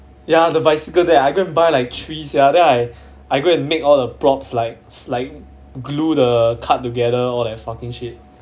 ya the bicycle deck I go and buy like three sia then I I go and make all the props like s~ like glue the card together all that fucking shit